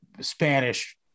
Spanish